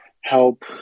help